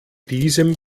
diesem